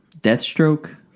Deathstroke